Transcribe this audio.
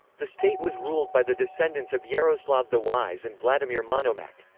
the state was ruled by the descendants of yaroslav the wise and vladimir monomakh.